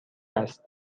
است